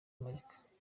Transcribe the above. america